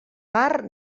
part